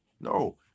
No